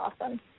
awesome